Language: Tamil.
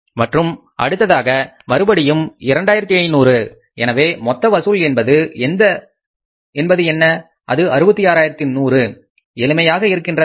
மற்றும் அடுத்ததாக மறுபடியும் 2500 எனவே மொத்த வசூல் என்பது என்ன அது 66100 எளிமையாக இருக்கின்றதா